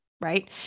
Right